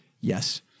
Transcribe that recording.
Yes